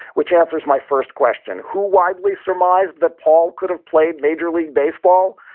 which answers my first question, who widely surmised that paul could have played major league baseball.